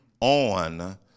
on